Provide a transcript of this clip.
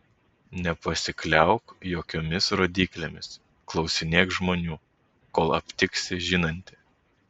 nepasikliauk jokiomis rodyklėmis klausinėk žmonių kol aptiksi žinantį